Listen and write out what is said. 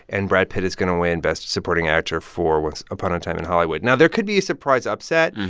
and brad pitt is going to win best supporting actor for once upon a time in hollywood. now, there could be a surprise upset,